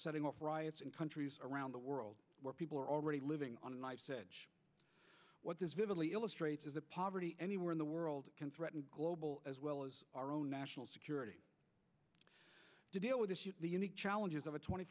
setting off riots in countries around the world where people are already living on what this vividly illustrates is a poverty anywhere in the world can threaten global as well as our own national security to deal with the unique challenges of a twenty